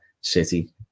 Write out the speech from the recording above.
City